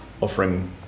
offering